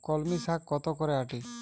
কলমি শাখ কত করে আঁটি?